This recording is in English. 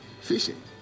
fishing